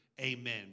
Amen